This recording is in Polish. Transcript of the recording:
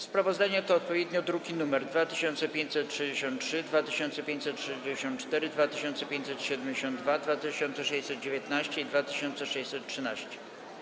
Sprawozdania to odpowiednio druki nr 2563, 2564, 2572, 2619 i 2613.